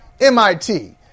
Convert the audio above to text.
MIT